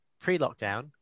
pre-lockdown